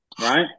Right